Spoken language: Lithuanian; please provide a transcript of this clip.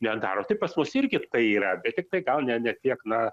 nedaro tai pas mus irgi tai yra bet tiktai gal ne ne tiek na